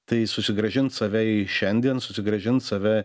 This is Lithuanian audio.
tai susigrąžint save į šiandien susigrąžint save